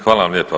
Hvala vam lijepa.